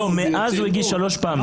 מאז הוא הגיש שלוש פעמים.